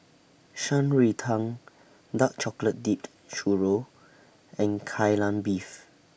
Shan Rui Tang Dark Chocolate Dipped Churro and Kai Lan Beef